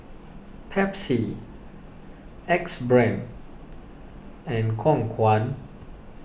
Pepsi Axe Brand and Khong Guan